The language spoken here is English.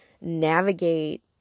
navigate